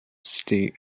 city